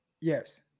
Yes